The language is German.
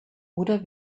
oder